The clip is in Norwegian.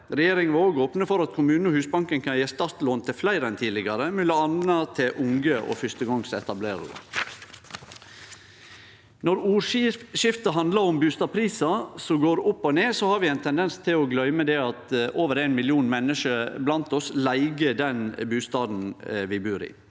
Regjeringa vil òg opne for at kommunane og Husbanken kan gje startlån til fleire enn tidlegare, m.a. til unge og fyrstegongsetablerarar. Når ordskiftet handlar om bustadprisar som går opp og ned, har vi ein tendens til å gløyme at over ein million menneske blant oss leiger den bustaden dei bur i.